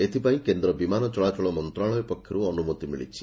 ଏଥପାଇଁ କେନ୍ଦ୍ର ବିମାନ ଚଳାଚଳ ମନ୍ତଶାଳୟ ପକ୍ଷରୁ ଅନୁମତି ମିଳିଛି